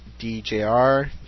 DJR